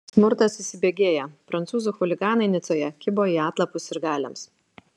smurtas įsibėgėja prancūzų chuliganai nicoje kibo į atlapus sirgaliams